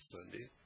Sunday